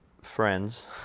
friends